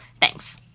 thanks